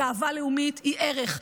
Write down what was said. גאווה לאומית היא ערך,